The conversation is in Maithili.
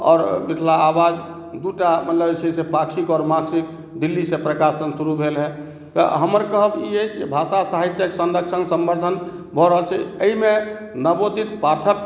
आओर मिथिला आवाज दू टा मतलब जे छै से पाक्षिक आओर मासिक दिल्लीसँ प्रकाशन शुरू भेल हेँ तऽ हमर कहब ई अइ जे भाषा साहित्यक संरक्षण संवर्धन भऽ रहल छै एहिमे नवोदित पाठक